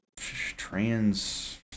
trans